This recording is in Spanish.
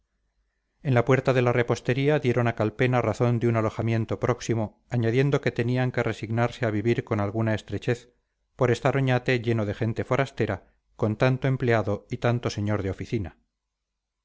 en la puerta de la repostería dieron a calpena razón de un alojamiento próximo añadiendo que tenían que resignarse a vivir con alguna estrechez por estar oñate lleno de gente forastera con tanto empleado y tanto señor de oficina